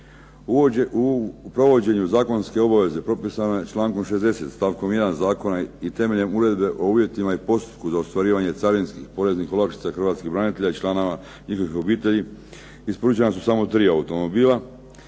U provođenju zakonske obaveze propisano je člankom 60 stavkom 1. zakona i temeljem Uredbe o uvjetima i postupku za ostvarivanje carinskih i poreznih olakšica hrvatskih branitelja i članova njihovih obitelji isporučena su samo tri automobila